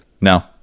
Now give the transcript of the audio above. no